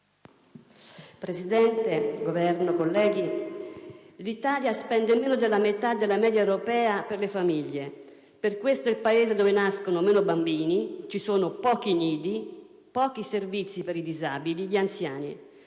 del Governo, colleghi, l'Italia spende meno della metà della media europea per le famiglie, e per questo è il Paese dove nascono meno bambini, dove ci sono pochi nidi e pochi servizi per i disabili e gli anziani.